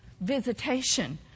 visitation